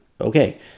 Okay